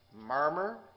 murmur